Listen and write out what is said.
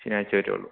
ശനിയാഴ്ച വരെ ഉള്ളു